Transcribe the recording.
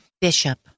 Bishop